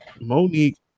Monique